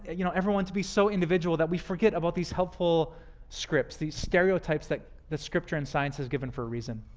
you know, everyone to be so individual that we forget about these helpful scripts these stereotypes that that scripture and science has given for a reason.